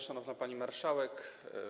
Szanowna Pani Marszałek!